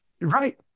Right